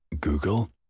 Google